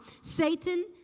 Satan